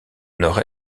nord